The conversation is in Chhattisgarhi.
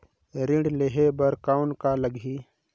ऋण लेहे बर कौन का लगही?